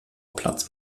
platz